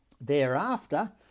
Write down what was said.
Thereafter